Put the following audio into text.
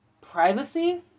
Privacy